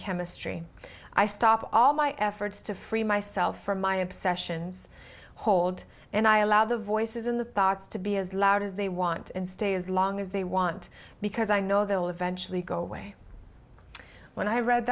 chemistry i stop all my efforts to free myself from my obsessions hold and i allow the voices in the thoughts to be as loud as they want and stay as long as they want because i know they will eventually go away when i read